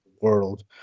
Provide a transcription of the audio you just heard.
world